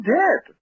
dead